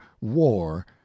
war